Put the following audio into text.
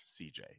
cj